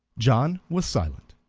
john was silent,